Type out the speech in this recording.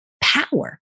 power